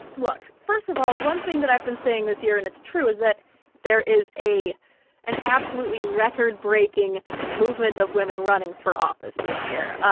look first of all, one thing that i've been saying this year and it's true is that there is a an absolutely record-breaking movement of women running for office this year.